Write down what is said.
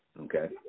okay